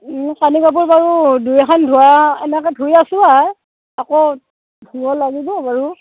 ও কানি কাপোৰ বাৰু দুই এখন ধোৱা এনেকৈ ধুই আছোঁ আৰু আকৌ ধুব লাগিব বাৰু